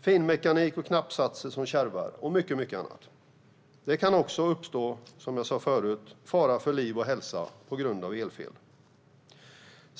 finmekanik och knappsatser som kärvar och mycket annat. Det kan också, som jag sa förut, uppstå fara för liv och hälsa på grund av elfel.